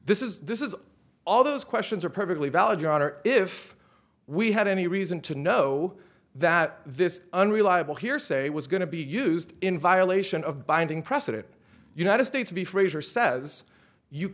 this is this is all those questions are perfectly valid your honor if we had any reason to know that this unreliable hearsay was going to be used in violation of binding precedent united states v frazier says you